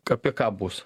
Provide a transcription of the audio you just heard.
apie ką bus